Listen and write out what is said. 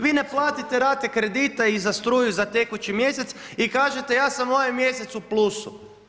Vi ne platite rate kredita i za struju, za tekući mjesec i kažete ja sam ovaj mjesec u plusu.